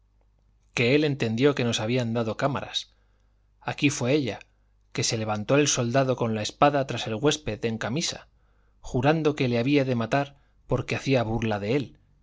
que él entendió que nos habían dado cámaras aquí fue ella que se levantó el soldado con la espada tras el huésped en camisa jurando que le había de matar porque hacía burla de él